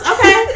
Okay